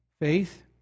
faith